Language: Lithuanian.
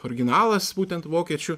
originalas būtent vokiečių